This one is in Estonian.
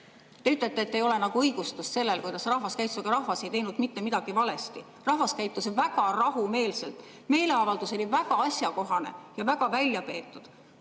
ütlete, et ei ole nagu õigustust sellele, kuidas rahvas käitus, aga ega rahvas ei teinud mitte midagi valesti, rahvas käitus väga rahumeelselt. Meeleavaldus oli väga asjakohane ja väga väljapeetud.